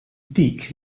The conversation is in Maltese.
dik